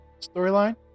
storyline